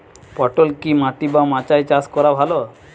পটল কি মাটি বা মাচায় চাষ করা ভালো?